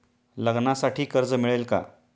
लग्नासाठी कर्ज मिळेल का?